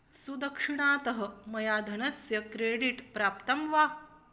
सुदक्षिणातः मया धनस्य क्रेडिट् प्राप्तं वा